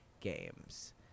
games